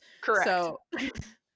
Correct